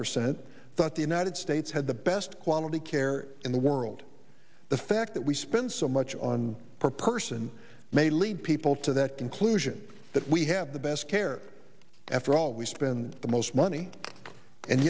percent thought the united states had the best quality care in the world the fact that we spend so much on per person may lead people to that conclusion that we have the best care after all we spend the most money and